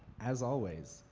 as always,